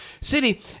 city